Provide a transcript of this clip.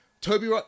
Toby